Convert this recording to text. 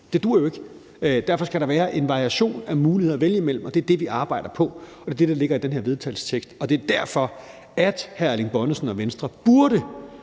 Det duer jo ikke. Derfor skal der være en variation af muligheder at vælge imellem, og det er det, vi arbejder på, og det, der ligger i den her vedtagelsestekst. Og det er derfor, at hr. Erling Bonnesen og Venstre som